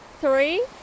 three